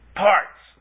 parts